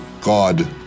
God